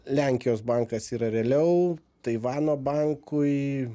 lenkijos bankas yra realiau taivano bankui